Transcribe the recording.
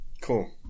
cool